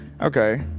Okay